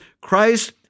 Christ